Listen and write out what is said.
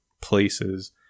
places